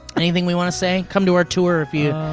anything we wanna say? come to our tour if you,